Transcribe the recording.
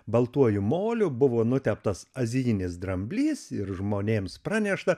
baltuoju moliu buvo nuteptas azijinis dramblys ir žmonėms pranešta